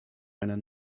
einer